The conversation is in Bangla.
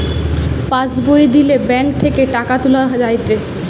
পাস্ বই দিলে ব্যাঙ্ক থেকে টাকা তুলা যায়েটে